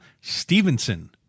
Stevenson